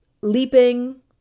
leaping